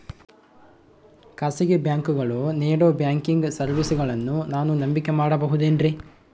ಖಾಸಗಿ ಬ್ಯಾಂಕುಗಳು ನೇಡೋ ಬ್ಯಾಂಕಿಗ್ ಸರ್ವೇಸಗಳನ್ನು ನಾನು ನಂಬಿಕೆ ಮಾಡಬಹುದೇನ್ರಿ?